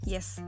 Yes